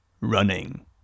Running